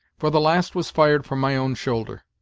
for the last was fired from my own shoulder.